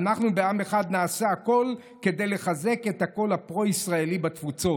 "אנחנו בעם אחד נעשה הכול כדי לחזק את הקול הפרו-ישראלי בתפוצות.